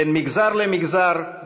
בין מגזר למגזר,